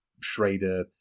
schrader